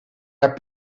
naar